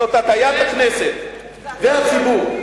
זאת הטעיית הכנסת והציבור.